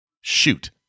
shoot